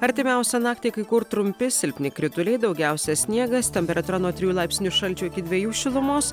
artimiausią naktį kai kur trumpi silpni krituliai daugiausia sniegas temperatūra nuo trijų laipsnių šalčio iki dvejų šilumos